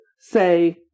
say